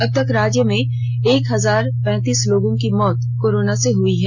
अब तक राज्य में एक हजार पैंतीस लोगों की मौत कोरोना से हई है